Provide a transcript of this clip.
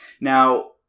Now